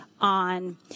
on